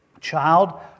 Child